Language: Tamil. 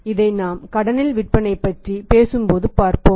இதை நாம் கடனில் விற்பனை பற்றி பேசும்போது பார்ப்போம்